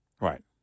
Right